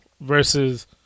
versus